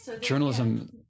journalism –